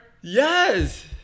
Yes